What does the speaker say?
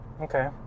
Okay